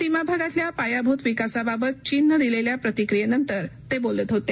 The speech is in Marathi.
सीमा भागातल्या पायाभूत विकासाबाबत चीननं दिलेल्या प्रतिक्रियेनंतर ते बोलत होते